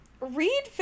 read